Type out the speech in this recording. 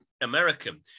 American